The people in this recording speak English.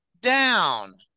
down